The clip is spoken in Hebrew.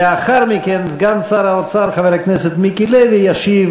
לאחר מכן סגן שר האוצר חבר הכנסת מיקי לוי ישיב